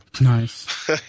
Nice